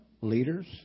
Leaders